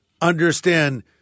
understand